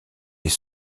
les